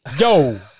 Yo